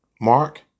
Mark